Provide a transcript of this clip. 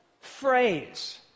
phrase